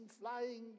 flying